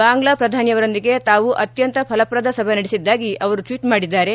ಬಾಂಗ್ಲಾ ಪ್ರಧಾನಿಯವರೊಂದಿಗೆ ತಾವು ಅತ್ತಂತ ಫಲಪ್ರದ ಸಭೆ ನಡೆಸಿದ್ದಾಗಿ ಅವರು ಟ್ವೀಟ್ ಮಾಡಿದ್ದಾರೆ